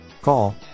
Call